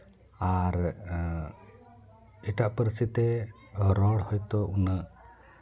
ᱟᱨ ᱮᱴᱟᱜ ᱯᱟᱹᱨᱥᱤ ᱛᱮ ᱨᱚᱲ ᱦᱚᱭᱛᱳ ᱩᱱᱟᱹᱜ